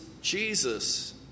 Jesus